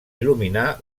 il·luminar